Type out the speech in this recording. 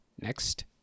next